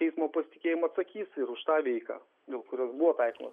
teismo pasitikėjimą atsakys ir už tą veiką dėl kurios buvo taikoma